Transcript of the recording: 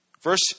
Verse